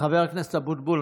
חבר הכנסת אבוטבול.